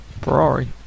Ferrari